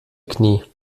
knie